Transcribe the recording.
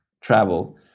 travel